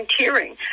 volunteering